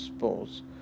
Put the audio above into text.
suppose